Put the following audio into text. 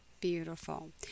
Beautiful